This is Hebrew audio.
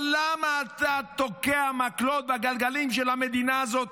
אבל למה אתה תוקע מקלות בגלגלים של המדינה הזאת?